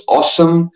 awesome